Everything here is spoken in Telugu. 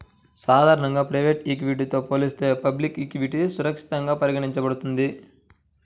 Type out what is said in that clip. సాధారణంగా ప్రైవేట్ ఈక్విటీతో పోలిస్తే పబ్లిక్ ఈక్విటీ సురక్షితంగా పరిగణించబడుతుంది